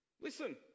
Listen